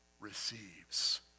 receives